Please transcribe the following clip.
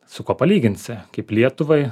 su kuo palyginsi kaip lietuvai